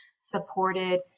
supported